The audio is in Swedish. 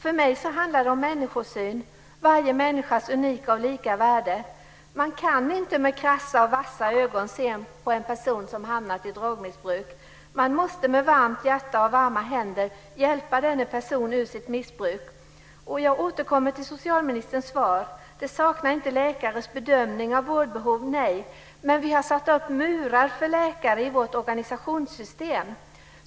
För mig handlar det om människosyn och varje människas unika och lika värde. Man kan inte med krassa och vassa ögon se på en person som hamnat i drogmissbruk. Man måste med varmt hjärta och varma händer hjälpa denna person ur sitt missbruk. Jag återkommer till socialministerns svar. Läkares bedömningar av vårdbehov saknas inte. Nej, men vi har satt upp murar för läkare i vårt organisationssystem.